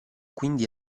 quindi